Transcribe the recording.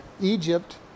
Egypt